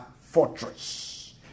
fortress